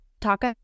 talk